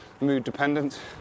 mood-dependent